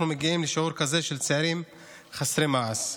מגיעים לשיעור כזה של צעירים חסרי מעש?